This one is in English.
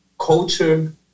culture